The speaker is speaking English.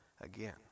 again